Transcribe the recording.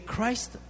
Christ